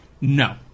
No